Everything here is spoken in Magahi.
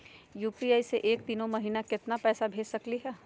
यू.पी.आई स एक दिनो महिना केतना पैसा भेज सकली हे?